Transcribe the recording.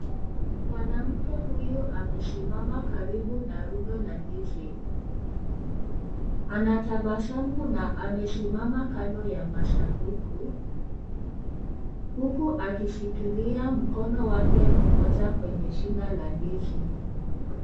Mwanamke huyu anasimama karibu na rundo la ndizi anatabasamu na amesimama kando ya masanduku huku akishikilia mkono wake mmoja kwenye shina la ndizi.